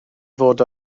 fod